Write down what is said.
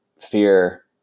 fear